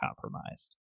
compromised